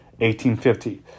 1850